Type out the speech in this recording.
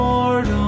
Lord